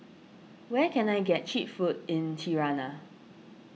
where can I get Cheap Food in Tirana